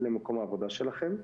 למקום העבודה שלכם,